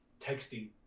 texting